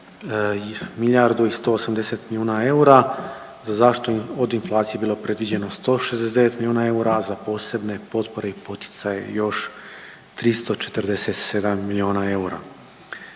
milijardu i 180 milijuna eura, za zaštitu od inflacije je bilo predviđeno 169 milijuna eura, a za posebne potpore i poticaje još 347 milijuna eura.